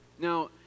Now